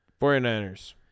49ers